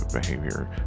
behavior